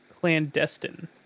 Clandestine